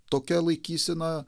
tokia laikysena